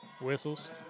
Whistles